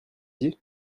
dit